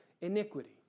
iniquity